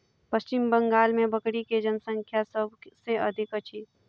पश्चिम बंगाल मे बकरी के जनसँख्या सभ से अधिक अछि